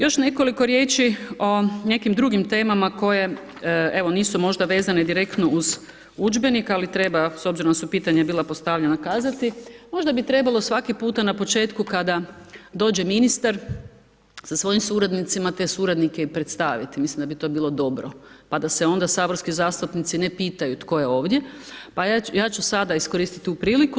Još nekoliko riječi o nekim drugim temama, koje evo, nisu možda vezane direktno uz udžbenike, ali treba, s obzirom da su pitanja bila postavljena kazati, možda bi trebalo svaki puta na početku kada dođe ministar sa svojim suradnicima, te suradnike i predstaviti, mislim da bi to bilo dobro, pa da se onda saborski zastupnici ne pitaju tko je ovdje, pa evo, ja ću sada iskrstiti tu priliku.